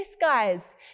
guys